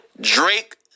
Drake